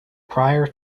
prior